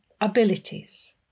abilities